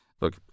Look